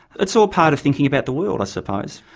it's all part of thinking about the world i suppose,